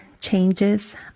Changes